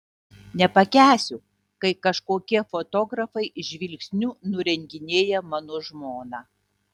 nepakęsiu kai kažkokie fotografai žvilgsniu nurenginėja mano žmoną